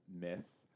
miss